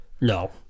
No